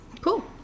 Cool